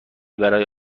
برای